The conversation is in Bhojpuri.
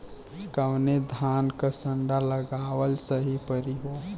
कवने धान क संन्डा लगावल सही परी हो?